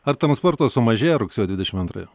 ar transporto sumažėja rugsėjo dvidešimt antrąją